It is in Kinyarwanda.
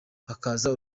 hakaza